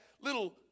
little